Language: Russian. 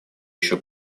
еще